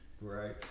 Right